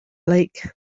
lake